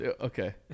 Okay